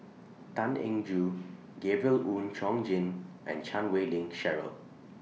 Tan Eng Joo Gabriel Oon Chong Jin and Chan Wei Ling Cheryl